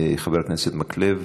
חבר הכנסת מקלב,